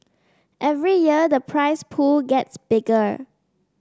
every year the prize pool gets bigger